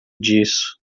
disso